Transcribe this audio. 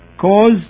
Cause